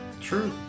True